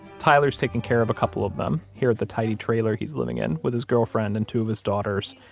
tyler's taking care of a couple of them here at the tiny trailer he's living in with his girlfriend and two of his daughters.